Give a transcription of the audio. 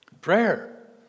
Prayer